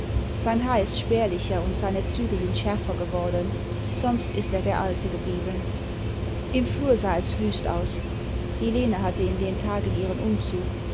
sein haar bt spärlicher und seine züge sind schärfer geworden sonst ist er der alte geblieben im flur sah es wüst aus die lene hatte in den tagen ihren umzug